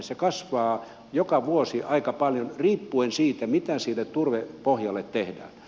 se kasvaa joka vuosi aika paljon riippuen siitä mitä sille turvepohjalle tehdään